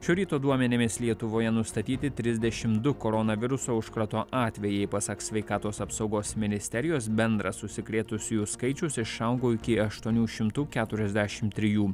šio ryto duomenimis lietuvoje nustatyti trisdešim du koronaviruso užkrato atvejai pasak sveikatos apsaugos ministerijos bendras užsikrėtusiųjų skaičius išaugo iki aštuonių šimtų keturiasdešim trijų